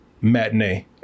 matinee